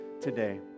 today